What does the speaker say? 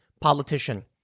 politician